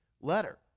letter